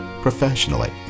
professionally